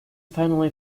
finally